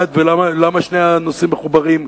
ולמה שני הנושאים מחוברים?